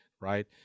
right